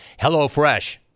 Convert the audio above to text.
HelloFresh